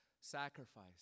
sacrifice